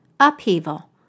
Upheaval